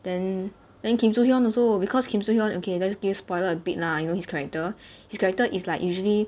then then kim so-hyun also because kim so-hyun okay let's give spoiler a bit lah you know his character his character is like usually